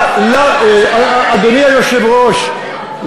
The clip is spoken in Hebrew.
אדוני היושב-ראש,